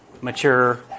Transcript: mature